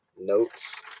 notes